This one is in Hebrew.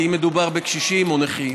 כי מדובר בקשישים או נכים.